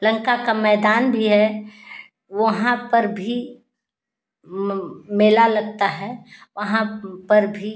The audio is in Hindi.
लंका का मैदान भी है वहाँ पर भी मेला लगता है वहाँ पर भी